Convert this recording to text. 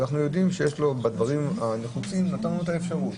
אנחנו יודעים שבדברים הנחוצים נתנו לו את האפשרות,